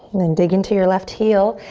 then dig into your left heel.